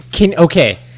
okay